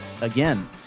again